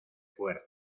fuerza